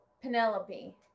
Penelope